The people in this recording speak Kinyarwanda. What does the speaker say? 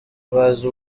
bazi